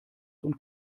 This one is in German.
und